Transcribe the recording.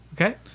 Okay